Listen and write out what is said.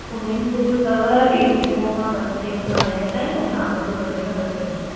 swimming pool अथव कें सुबुह खां पंजे खां ॾहे ताईं ऐं शाम जो पंजे खां सते ताईं